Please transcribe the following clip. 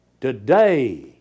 today